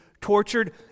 tortured